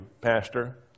Pastor